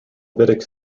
vedic